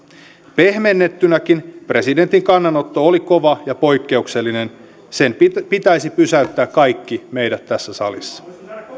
pehmennettynäkin presidentin kannanotto oli kova ja poikkeuksellinen sen pitäisi pysäyttää kaikki meidät tässä salissa